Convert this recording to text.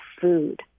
food